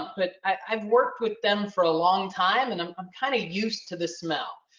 but i've worked with them for a long time and i'm um kind of used to the smell.